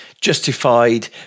justified